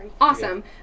awesome